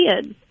kids